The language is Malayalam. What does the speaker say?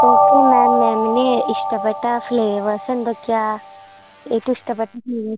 ഓക്കെ മാം മാമിന് ഇഷ്ടപ്പെട്ട ഫ്ലേവേർസ് എന്തൊക്കെയാണ് ഏറ്റവും ഇഷ്ടപ്പെട്ട ഫ്ലേവേർസ്